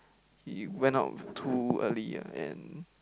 he went out too early and